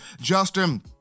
Justin